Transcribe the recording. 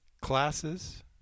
classes